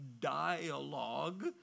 dialogue